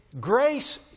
Grace